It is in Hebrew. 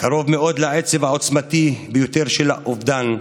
קרוב מאוד לעצב העוצמתי ביותר, של האובדן,